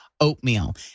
oatmeal